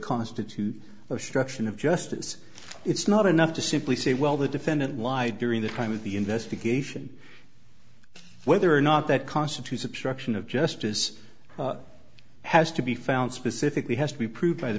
constitute a struction of justice it's not enough to simply say well the defendant lied during the time of the investigation whether or not that constitutes obstruction of justice has to be found specifically has to be proved by the